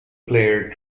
player